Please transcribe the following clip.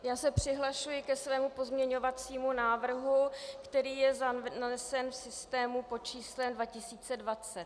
Já se přihlašuji ke svému pozměňovacímu návrhu, který je zanesen v systému pod číslem 2020.